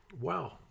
wow